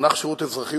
אזרחי